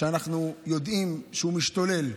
ואנחנו יודעים שהוא משתולל.